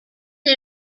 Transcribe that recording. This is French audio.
est